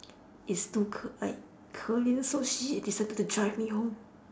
it's too 可 like 可怜 so she decided to drive me home